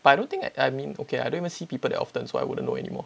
but I don't think I mean okay I don't even see people that often so I wouldn't know anymore